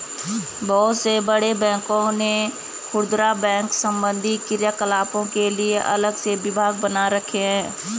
बहुत से बड़े बैंकों ने खुदरा बैंक संबंधी क्रियाकलापों के लिए अलग से विभाग बना रखे हैं